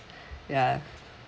ya